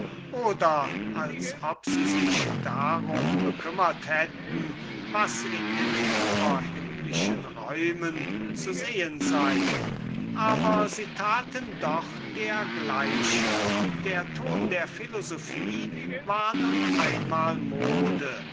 oder als ob sie sich darum bekümmert hätten was in den überhimmlischen räumen zu sehen sei aber sie taten doch dergleichen der ton der philosophie war nun einmal mode